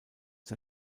der